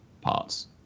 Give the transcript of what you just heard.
parts